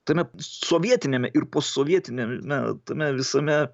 tame sovietiniam ir posovietiniame tame visame